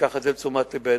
ניקח את זה לתשומת לבנו.